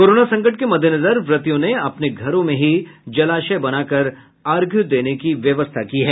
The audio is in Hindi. कोरोना संकट के मद्देनजर व्रतियों ने अपने घरों में ही जलाशय बनाकर अर्घ्य देने की व्यवस्था की है